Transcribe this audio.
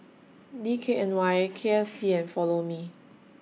D K N Y K F C and Follow Me